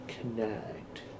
connect